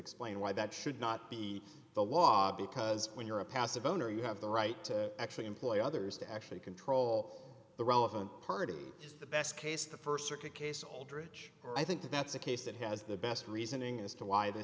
explain why that should not be the law because when you're a passive owner you have the right to actually employ others to actually control the relevant party is the best case the st circuit case aldridge i think that's a case that has the best reasoning as to why th